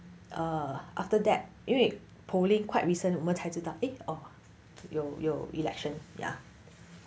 err after that 因为 polling quite recent 我们才知道 eh orh 有有 election ya